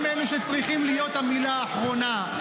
הם אלה שצריכים להיות המילה האחרונה,